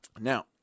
Now